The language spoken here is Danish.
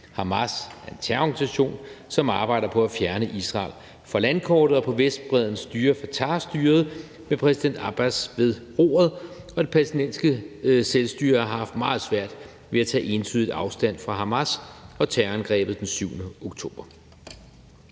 Hamas er en terrororganisation, som arbejder på at fjerne Israel fra landkortet, og på Vestbredden styrer Fatahstyret med præsident Abbas ved roret, og Det palæstinensiske selvstyre har haft meget svært ved at tage entydigt afstand fra Hamas og terrorangrebet den 7. oktober.